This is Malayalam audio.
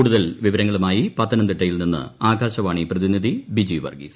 കൂടുതൽ വിവരങ്ങളുമായി പത്തനംതിട്ടയിൽ നിന്ന് ആകാശവാണി പ്രതിനിധി ബിജി വർഗ്ഗീസ്